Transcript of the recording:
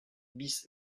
bis